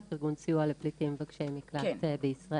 ארגון סיוע לפליטים ומבקשי מקלט בישראל.